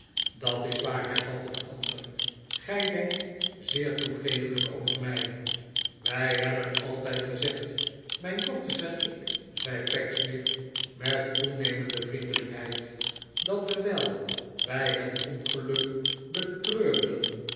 dat is waar hervatte de ander gij denkt zeer toegeeflijk over mij wij hebben altijd gezegd mijn dochters en ik zei pecksniff met toenemende vriendelijkheid dat terwijl wij het ongeluk